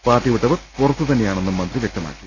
party വിട്ടവർപുറത്ത് തന്നെയാണെന്നും മന്ത്രി വ്യക്തമാക്കി